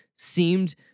Seemed